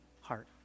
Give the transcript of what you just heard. heart